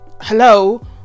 Hello